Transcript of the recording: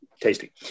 Tasty